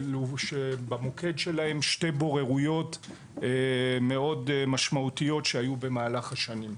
שבמוקד שלהן שתי בוררויות מאוד משמעותיות שהיו במהלך השנים.